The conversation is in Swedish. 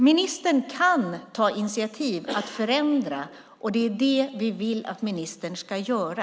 Ministern kan ta initiativ till att förändra. Det är vad vi vill att ministern ska göra.